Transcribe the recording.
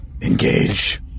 engage